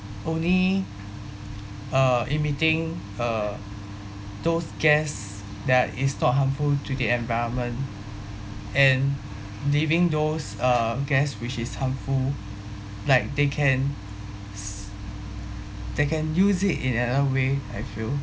only uh emitting uh those gas that is not harmful to the environment and leaving those uh gas which is harmful like they can s~ they can use it in another way I feel